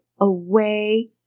away